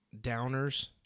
downers